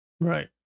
Right